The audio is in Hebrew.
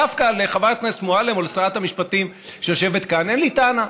דווקא לחברת הכנסת מועלם או לשרת המשפטים שיושבת כאן אין לי טענה.